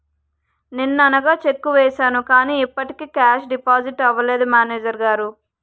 నిన్ననగా చెక్కు వేసాను కానీ ఇప్పటికి కేషు డిపాజిట్ అవలేదు మేనేజరు గారు